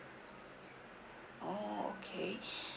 oh okay